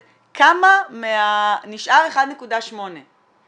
נשאר 1.8 מיליון.